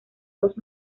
dos